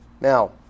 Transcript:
Now